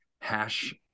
hash